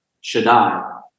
Shaddai